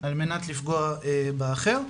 על מנת לפגוע באחר.